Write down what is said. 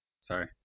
sorry